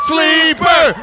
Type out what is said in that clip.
Sleeper